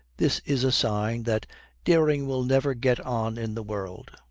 this is a sign that dering will never get on in the world.